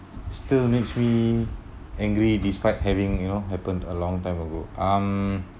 still makes me angry despite having you know happened a long time ago um